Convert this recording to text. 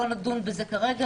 לא נדון בזה כרגע,